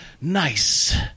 nice